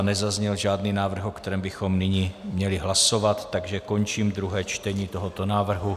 Nezazněl žádný návrh, o kterém bychom nyní měli hlasovat, takže končím druhé čtení tohoto návrhu.